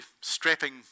strapping